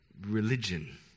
religion